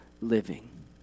living